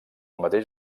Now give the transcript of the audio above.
mateix